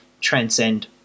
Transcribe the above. transcend